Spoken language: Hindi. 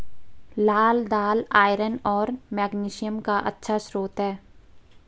लाल दालआयरन और मैग्नीशियम का अच्छा स्रोत है